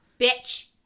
Bitch